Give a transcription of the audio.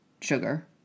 sugar